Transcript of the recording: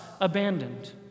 abandoned